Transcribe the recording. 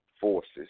forces